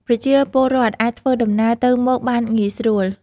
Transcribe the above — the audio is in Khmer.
ប្រជាពលរដ្ឋអាចធ្វើដំណើរទៅមកបានងាយស្រួល។